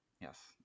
Yes